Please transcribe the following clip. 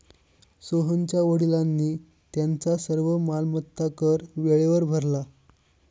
सोहनच्या वडिलांनी त्यांचा सर्व मालमत्ता कर वेळेवर भरला